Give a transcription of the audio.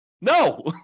No